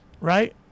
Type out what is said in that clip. right